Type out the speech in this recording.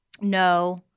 no